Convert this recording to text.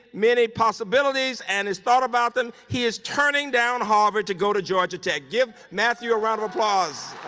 many possibilities and has thought about them. he is turning down harvard to go to georgia tech. give matthew a round of applause.